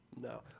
No